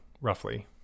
roughly